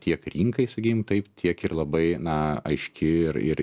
tiek rinkai taip tiek ir labai na aiški ir ir